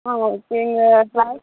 ஆ எங்கள் க்ளாஸ்